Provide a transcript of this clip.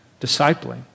discipling